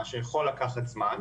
מה שיכול לקחת זמן.